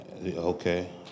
Okay